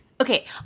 Okay